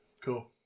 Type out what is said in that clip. cool